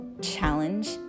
challenge